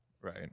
Right